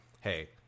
hey